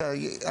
לא,